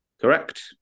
Correct